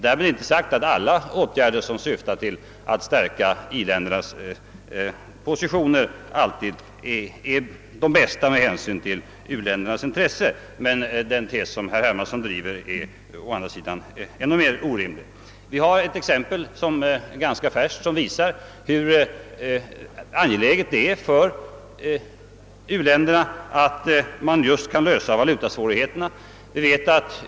Därmed är inte sagt att alla åtgärder som syftar till att stärka indu striländernas positioner är de bästa med hänsyn till u-ländernas intressen, men den motsatta tesen är ännu orimligare. Vi har ett ganska färskt exempel på hur angeläget det är för u-länderna att man kan lösa industriländernas valutaproblem.